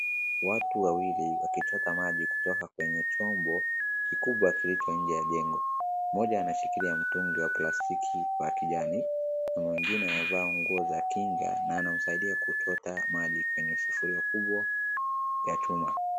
Watu wawili wakichota maji kutoka kwenye chombo kikubwa kilicho nje ya jengo mmoja anashikilia mtungi wa plastiiki wa kijani, mwingine amevaa nguo za kinga na anamsidia kuchota maji kwenye sufuria kubwa ya chuma.